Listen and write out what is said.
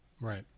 right